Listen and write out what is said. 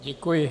Děkuji.